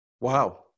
wow